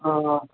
ആ ആ